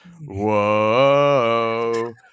whoa